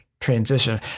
transition